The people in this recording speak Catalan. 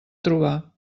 trobar